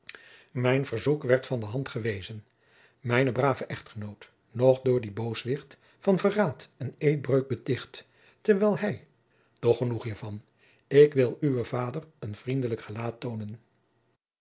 mijn verzoek werd van de hand gewezen mijn brave echtgenoot nog door dien booswicht van verraad en eedbreuk beticht terwijl hij doch genoeg hiervan ik wil uwen vader een vriendelijk gelaat toonen